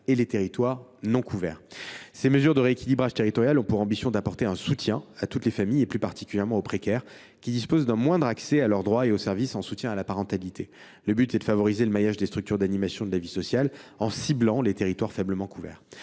les territoires non couverts. Ces mesures de rééquilibrage territorial ont pour ambition d’apporter un soutien à toutes les familles, et plus particulièrement aux plus précaires d’entre elles, qui disposent d’un moindre accès à leurs droits et aux services en soutien à la parentalité. Le but est de favoriser le maillage des structures d’animation de la vie sociale, en ciblant les territoires faiblement couverts.